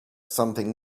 something